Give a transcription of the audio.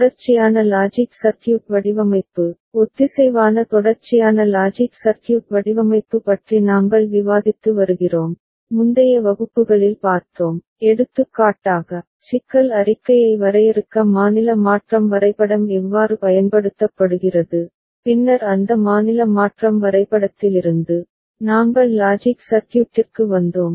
தொடர்ச்சியான logic circuit வடிவமைப்பு ஒத்திசைவான தொடர்ச்சியான லாஜிக் சர்க்யூட் வடிவமைப்பு பற்றி நாங்கள் விவாதித்து வருகிறோம் முந்தைய வகுப்புகளில் பார்த்தோம் எடுத்துக்காட்டாக சிக்கல் அறிக்கையை வரையறுக்க மாநில மாற்றம் வரைபடம் எவ்வாறு பயன்படுத்தப்படுகிறது பின்னர் அந்த மாநில மாற்றம் வரைபடத்திலிருந்து நாங்கள் லாஜிக் சர்க்யூட்டிற்கு வந்தோம்